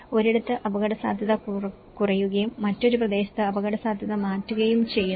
ഒരിടത്ത് അപകടസാധ്യത കുറയുകയും മറ്റൊരു പ്രദേശത്തേക്ക് അപകടസാധ്യത മാറ്റുകയും ചെയ്യുന്നു